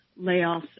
layoffs